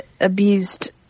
abused